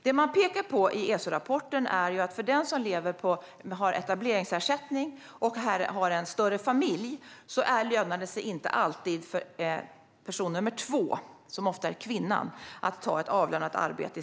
Det man pekar på i ESO-rapporten är att det för större familjer med etableringsersättning inte alltid lönar sig för person nummer två, som ofta är kvinnan, att ta ett avlönat arbete.